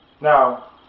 Now